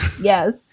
yes